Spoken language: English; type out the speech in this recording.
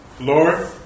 Lord